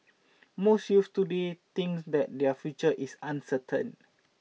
most youths today thinks that their future is uncertain